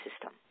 system